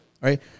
Right